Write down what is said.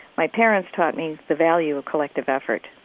my parents taught me the value of collective effort.